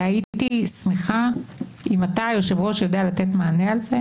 הייתי שמחה אם אתה היושב ראש יודע לתת מענה על זה.